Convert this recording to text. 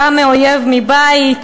גם מאויב מבית.